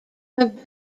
have